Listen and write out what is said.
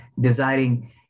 desiring